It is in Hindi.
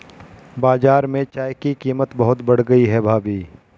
बाजार में चाय की कीमत बहुत बढ़ गई है भाभी